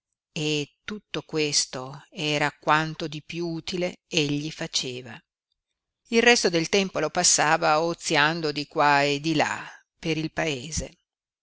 e tutto questo era quanto di piú utile egli faceva il resto del tempo lo passava oziando di qua e di là per il paese